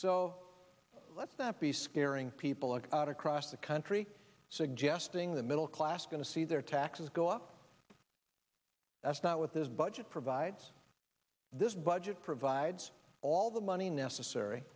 so let's not be scaring people are out across the country suggesting the middle class going to see their taxes go up that's not what this budget provides this budget provides all the money necessary